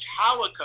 Metallica